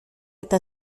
eta